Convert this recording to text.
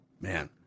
Man